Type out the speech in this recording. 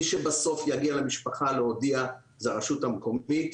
מי שבסוף יגיע למשפחה להודיע היא הרשות המקומית.